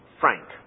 frank